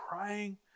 praying